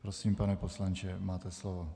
Prosím, pane poslanče, máte slovo.